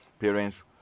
parents